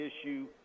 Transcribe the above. issue